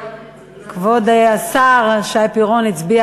וכבוד השר שי פירון הצביע